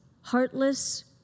heartless